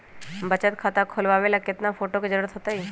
बचत खाता खोलबाबे ला केतना फोटो के जरूरत होतई?